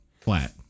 flat